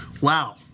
wow